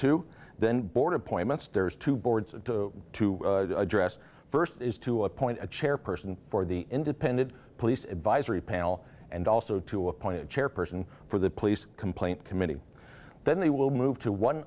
two then board appointments there's two boards to address first is to appoint a chairperson for the independent police advisory panel and also to appoint a chairperson for the police complaint committee then they will move to one